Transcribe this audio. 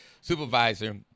supervisor